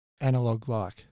Analog-like